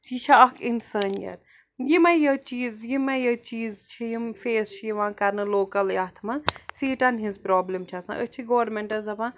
یہِ چھِ اَکھ اِنسٲنیت یِمَے یوت چیٖز یِمَے یوت چیٖز چھِ یِم فیس چھِ یِوان کَرنہٕ لوکَل یَتھ منٛز سیٖٹَن ہِنٛز پرٛابلِم چھِ آسان أسۍ چھِ گورمٮ۪نٛٹَس دَپان